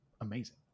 amazing